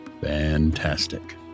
Fantastic